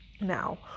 Now